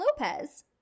Lopez